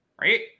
right